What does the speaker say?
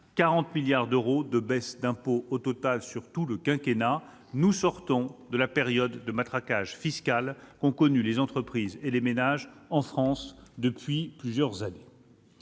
40 milliards d'euros de baisses d'impôt au total. Nous sortons de la période de matraquage fiscal qu'ont connue les entreprises et les ménages, en France, depuis plusieurs années.